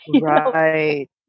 Right